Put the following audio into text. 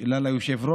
חשוב.